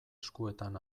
eskuetan